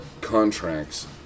contracts